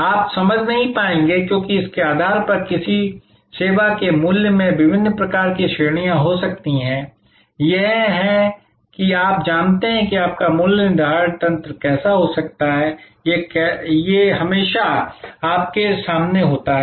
आप समझ नहीं पाएंगे क्योंकि इसके आधार पर किसी विशेष सेवा के मूल्य में विभिन्न प्रकार की श्रेणियां हो सकती हैं यह है कि आप जानते हैं कि आपका मूल्य निर्धारण तंत्र कैसा हो सकता है यह हमेशा आपके सामने होता है